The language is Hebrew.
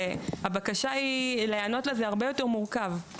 זה הרבה יותר מורכב.